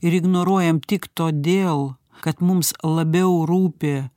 ir ignoruojam tik todėl kad mums labiau rūpi